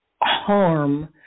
harm